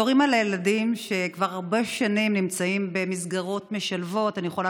בתור אימא לילדים שכבר הרבה שנים נמצאים במסגרות משלבות אני יכולה